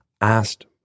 asked